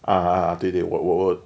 ah ah ah 对对我我